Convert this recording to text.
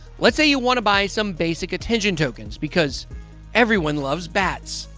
let's say you want to buy some basic attention tokens because everyone loves bats,